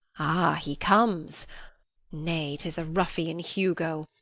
ah, he comes nay, tis the ruffian hugo.